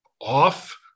off